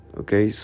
okay